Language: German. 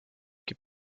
gib